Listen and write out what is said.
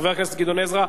חבר הכנסת גדעון עזרא,